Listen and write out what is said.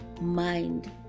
mind